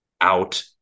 out